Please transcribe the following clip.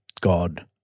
God